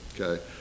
okay